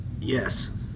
Yes